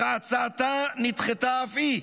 אך הצעתה נדחתה אף היא.